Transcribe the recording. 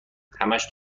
همش